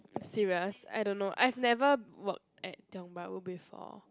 serious I don't know I've never work at Tiong-Bahru before